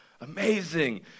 amazing